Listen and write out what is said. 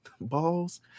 balls